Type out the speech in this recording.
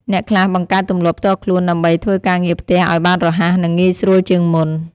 អ្នកខ្លះបង្កើតទម្លាប់ផ្ទាល់ខ្លួន ដើម្បីធ្វើការងារផ្ទះឱ្យបានរហ័ស និងងាយស្រួលជាងមុន។